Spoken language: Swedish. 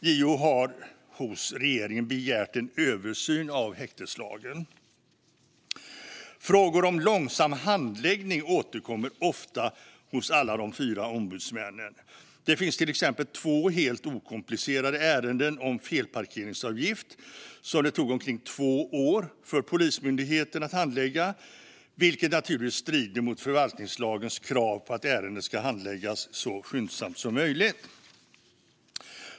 JO har hos regeringen begärt en översyn av häkteslagen. Frågor om långsam handläggning återkommer ofta hos alla de fyra ombudsmännen. Det finns till exempel två helt okomplicerade ärenden om felparkeringsavgift som det tog omkring två år för Polismyndigheten att handlägga, vilket naturligtvis strider mot förvaltningslagens krav på att ärenden ska handläggas så skyndsamt som möjligt.